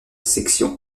section